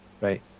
right